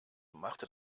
machte